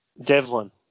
devlin